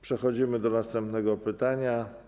Przechodzimy do następnego pytania.